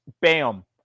bam